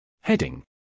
Heading